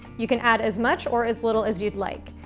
you can add as much or as little as you'd like,